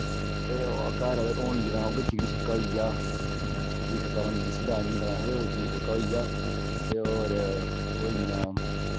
घर अगर होन बी तां उऐ चिड़ी छिक्का होइया चिड़ी छिक्का मतलब जिसी बैड़मिंटन आक्खदे ओह् चिड़ी छिक्का होइया ते होर होइयां